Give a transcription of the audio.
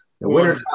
Winter